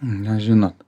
na žinot